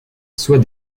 soit